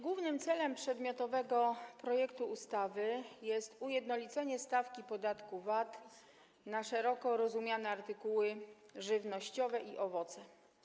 Głównym celem przedmiotowego projektu ustawy jest ujednolicenie stawki podatku VAT na szeroko rozumiane artykuły żywnościowe i owoce.